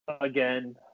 again